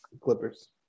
Clippers